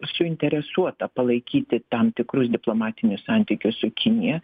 suinteresuota palaikyti tam tikrus diplomatinius santykius su kinija